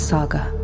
Saga